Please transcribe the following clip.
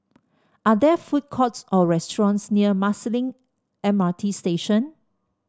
are there food courts or restaurants near Marsiling M R T Station